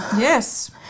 Yes